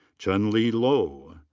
chun-li lo.